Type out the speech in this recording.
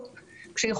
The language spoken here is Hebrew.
שהוא מרפא,